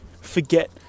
forget